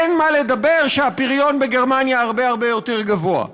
אין מה לדבר שהפריון בגרמניה הרבה הרבה יותר גבוה.